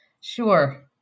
Sure